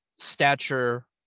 stature